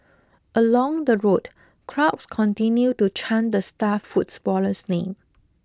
along the road crowds continued to chant the star footballer's name